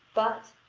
but,